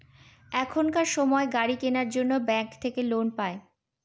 এখনকার সময় গাড়ি কেনার জন্য ব্যাঙ্ক থাকে লোন পাই